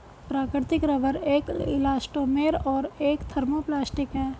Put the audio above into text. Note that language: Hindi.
प्राकृतिक रबर एक इलास्टोमेर और एक थर्मोप्लास्टिक है